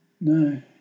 No